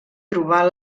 trobar